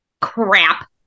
crap